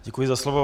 Děkuji za slovo.